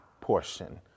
portion